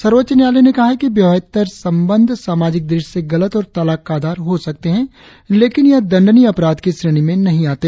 सर्वोच्च न्यायालय ने कहा कि विवाहेतर संबंध सामाजिक दृष्टि से गलत और तलाक का आधार हो सकते हैं लेकिन यह दंडनीय अपराध की श्रेणी में नहीं आते